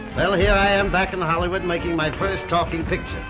i am back in the hollywood making my first talking picture.